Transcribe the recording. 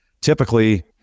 typically